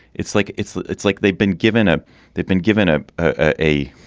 it's like it's it's like they've been. given a they've been given a ah a,